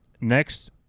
Next